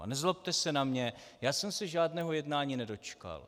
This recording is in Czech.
A nezlobte se na mě, já jsem se žádného jednání nedočkal.